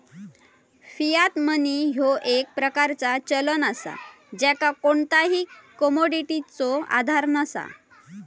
Fiat money ह्यो एक प्रकारचा चलन असा ज्याका कोणताही कमोडिटीचो आधार नसा